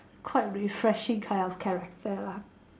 quite refreshing kind of character lah